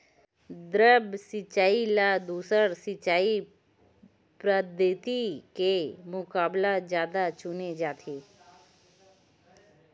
द्रप्स सिंचाई ला दूसर सिंचाई पद्धिति के मुकाबला जादा चुने जाथे